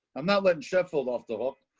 i'm not letting shuffled off though.